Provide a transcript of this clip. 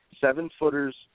seven-footers